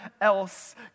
else